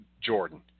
Jordan